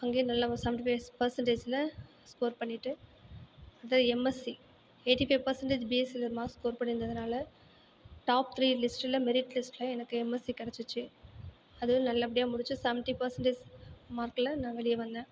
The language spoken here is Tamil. அங்கேயும் நல்ல செவன்ட்டி ஃபைவ் பர்சண்டேஜில் ஸ்கோர் பண்ணிவிட்டு அடுத்து எம்எஸ்சி எயிட்டி ஃபைவ் பர்சண்டேஜ் பிஎஸ்சியில் மார்க் ஸ்கோர் பண்ணியிருந்ததுனால டாப் த்ரீ லிஸ்ட்டில் மெரிட் லிஸ்ட்டில் எனக்கு எம்எஸ்சி கிடைச்சுச்சு அதுவும் நல்லபடியாக முடித்து செவன்ட்டி பர்சண்டேஜ் மார்க்கில் நான் வெளியே வந்தேன்